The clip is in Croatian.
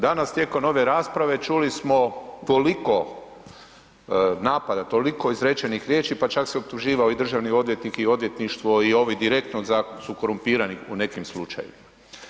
Danas tijekom ove rasprave, čuli smo koliko napada, toliko izrečenih riječi pa čak se optuživao i državni odvjetnik i odvjetništvo i ovi direktni su korumpirani u nekim slučajevima.